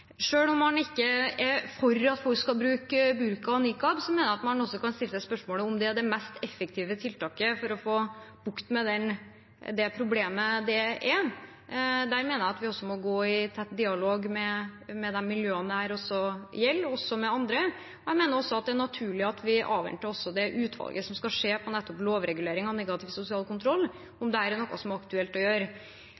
om man ikke er for at folk skal bruke burka og nikab, mener jeg at man kan stille seg spørsmålet om forbud er det mest effektive tiltaket for å få bukt med det problemet. Der mener jeg at vi må gå i tett dialog med de miljøene dette gjelder, og også med andre. Jeg mener også at det er naturlig at vi avventer det utvalget som skal se på nettopp lovregulering av negativ sosial kontroll,